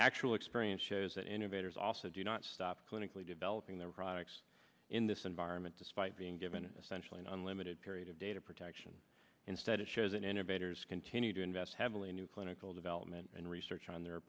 actual experience shows that innovators also do not stop clinically developing their products in this environment despite being given essentially unlimited period of data protection instead it shows an inner baiters continue to invest heavily in new clinical development and research on their